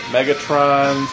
Megatron